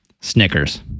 Snickers